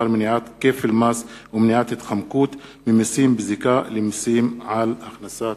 מניעת כפל מס ומניעת התחמקות ממסים בזיקה למסים על הכנסה.